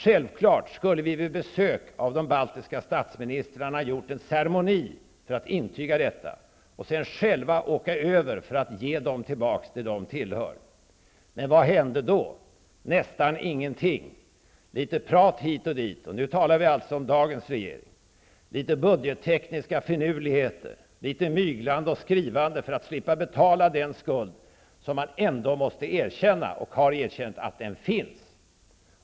Vi skulle självklart vid besök av de baltiska statsministrarna ha genomfört en ceremoni för att intyga detta och sedan själva åkt till Baltikum för att ge dem vad dem tillhör. Men vad hände då? Nästan ingenting! Det blev bara litet prat hit och dit -- nu talar jag alltså om dagens regering --, litet budgettekniska finurligheter och litet myglande och skrivande för att slippa betala den skuld, som man väl ändå måste erkänna -- och har erkänt -- finns.